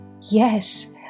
yes